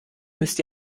müsst